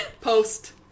post